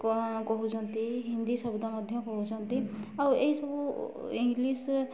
କ'ଣ କହୁଛନ୍ତି ହିନ୍ଦୀ ଶବ୍ଦ ମଧ୍ୟ କହୁଛନ୍ତି ଆଉ ଏଇସବୁ ଇଂଲିଶ